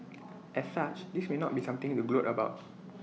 as such this may not be something to gloat about